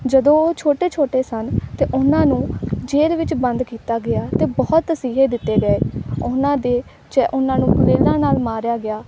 ਜਦੋਂ ਉਹ ਛੋਟੇ ਛੋਟੇ ਸਨ ਤਾਂ ਉਹਨਾਂ ਨੂੰ ਜੇਲ੍ਹ ਵਿੱਚ ਬੰਦ ਕੀਤਾ ਗਿਆ ਅਤੇ ਬਹੁਤ ਤਸੀਹੇ ਦਿੱਤੇ ਗਏ ਉਹਨਾਂ ਦੇ ਚੈ ਉਹਨਾਂ ਨੂੰ ਗੁਲੇਲਾਂ ਨਾਲ ਮਾਰਿਆ ਗਿਆ